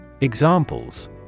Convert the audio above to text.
Examples